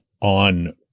on